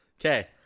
Okay